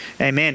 amen